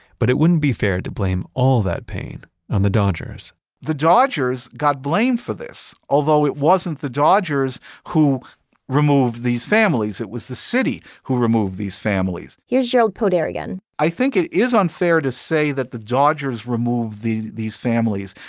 but it wouldn't be fair to blame all that pain on the dodgers the dodgers got blamed for this, although it wasn't the dodgers who removed these families. it was the city who removed these families here's jerald podair again i think it is unfair to say that the dodgers removed the these families.